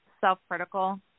self-critical